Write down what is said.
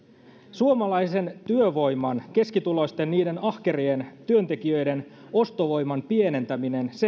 suomalaisen työvoiman keskituloisten niiden ahkerien työntekijöiden ostovoiman pienentäminen